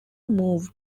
moved